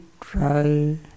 try